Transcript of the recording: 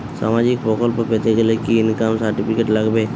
সামাজীক প্রকল্প পেতে গেলে কি ইনকাম সার্টিফিকেট লাগবে?